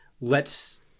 lets